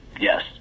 Yes